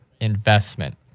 investment